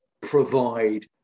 provide